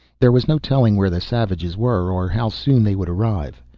there was no telling where the savages were, or how soon they would arrive.